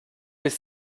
bis